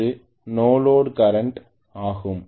இது no load current ஆகும்